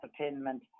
entertainment